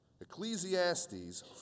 Ecclesiastes